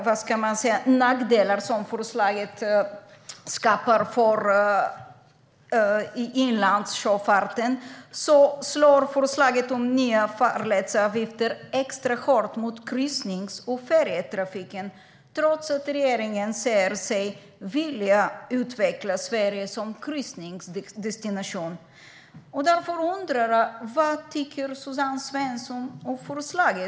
Förutom alla de nackdelar som förslaget skapar för inlandssjöfarten slår förslaget om nya farledsavgifter extra hårt mot kryssnings och färjetrafiken, trots att regeringen säger sig vilja utveckla Sverige som kryssningsdestination. Därför undrar jag: Vad tycker Suzanne Svensson om förslaget?